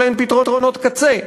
אבל אין פתרונות קצה.